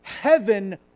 Heaven